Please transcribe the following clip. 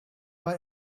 are